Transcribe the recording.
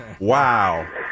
Wow